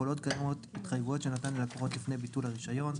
כולל התקיימות התחייבויות שנתן ללקוחות לפני ביטול הרישיון.